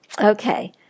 Okay